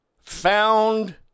found